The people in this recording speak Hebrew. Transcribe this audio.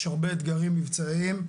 יש הרבה אתגרים מבצעיים,